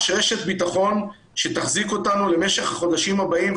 רשת ביטחון שתחזיק אותנו למשך החודשים הבאים,